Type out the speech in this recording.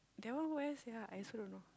that one where sia I also don't know